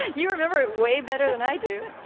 you remember it way better than i do.